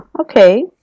Okay